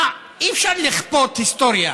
אי-אפשר לכפות היסטוריה.